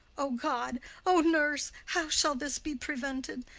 o god o nurse, how shall this be prevented?